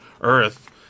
Earth